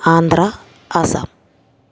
Andhra Assam